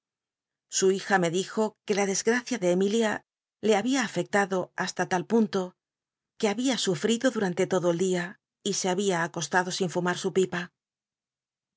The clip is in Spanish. su hija me dijo que la desgracia ele emilia le babia afectado hasta tal punto que babia sufl'ido durante todo el dia y se había acostado sin fumar su pipa